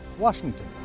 Washington